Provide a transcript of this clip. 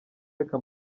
reka